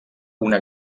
una